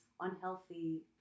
unhealthy